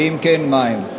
ואם כן, מה הם?